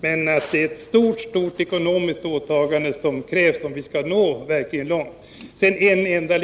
För att verkligen nå långt krävs stora ekonomiska åtaganden. Låt mig göra ytterligare en kommentar.